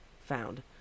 found